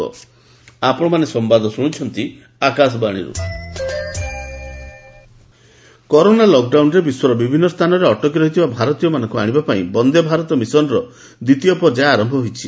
ବନ୍ଦେ ଭାରତ ଯୋଜନା କରୋନା ଲକ୍ଡାଉନରେ ବିଶ୍ୱର ବିଭିନ୍ନ ସ୍ଥାନରେ ଅଟକି ରହିଥିବା ଭାରତୀୟମାନଙ୍କୁ ଆଣିବା ପାଇଁ ବନ୍ଦେ ଭାରତ ମିଶନର ଦ୍ୱିତୀୟ ପର୍ଯ୍ୟାୟ ଆରମ୍ଭ ହୋଇଛି